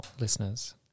listeners